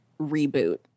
reboot